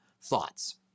Thoughts